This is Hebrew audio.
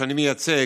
שאני מייצג,